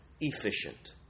efficient